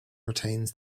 retains